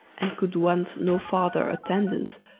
and could want no farther attendance,